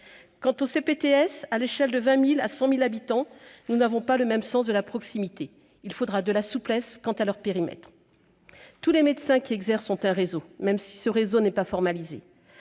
situant entre 20 000 et 100 000 habitants, nous n'avons vraiment pas le même sens de la proximité- il faudra de la souplesse quant à leur périmètre. Tous les médecins qui exercent ont un réseau, même si ce réseau n'est pas formalisé.